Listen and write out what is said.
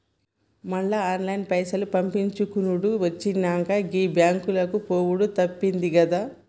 మళ్ల ఆన్లైన్ల పైసలు పంపిచ్చుకునుడు వచ్చినంక, గీ బాంకులకు పోవుడు తప్పిందిగదా